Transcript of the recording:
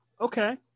okay